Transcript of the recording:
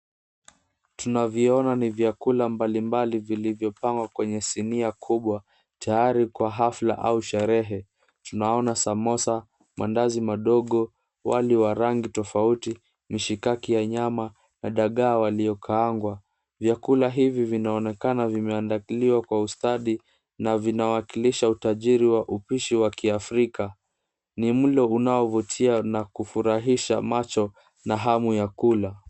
Tunavyoona ni vyakula mbalimbali vilivyopangwa kwenye sinia kubwa tayari kwa hafla au sherehe. Tunaona samosa, mandazi madogo, wali wa rangi tofauti, mishikaki ya nyama na dagaa waliokaangwa. Vyakula hivi vinaonekana vimeandaliwa kwa ustaadi na vinawakilisha utajiri wa upishi wa Kiafrika. Ni mlo unaovutia na kufurahisha macho na hamu ya kula.